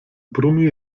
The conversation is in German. brummi